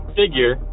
figure